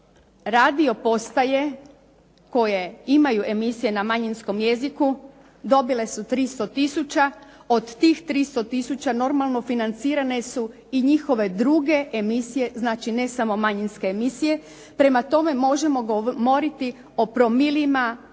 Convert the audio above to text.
radio postaje koje imaju emisije na manjinskom jeziku dobile su 300 tisuća. Od tih 300 tisuća normalno financirane su i njihove druge emisije znači ne samo manjinske emisije. Prema tome, možemo govoriti o promilima